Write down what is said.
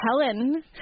Helen